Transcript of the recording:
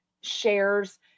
shares